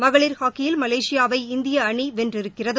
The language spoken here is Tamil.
மகளிர் ஹாக்கியில் மலேசியாவை இந்திய அணி வென்றியிருக்கிறது